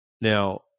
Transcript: Now